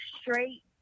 straight